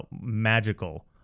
Magical